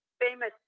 Famous